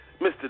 Mr